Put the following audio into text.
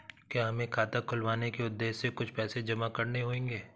क्या हमें खाता खुलवाने के उद्देश्य से कुछ पैसे जमा करने होंगे?